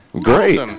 Great